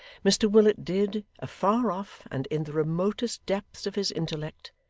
mr willet did, afar off and in the remotest depths of his intellect,